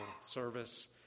service